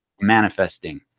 manifesting